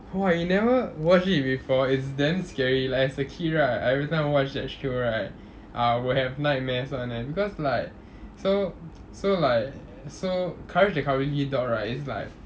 !wah! you never watch it before it's damn scary like as a kid right I everytime I watch that show right I will have nightmares [one] eh because like so so like so courage the cowardly dog right is like